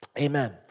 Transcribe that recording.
Amen